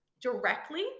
directly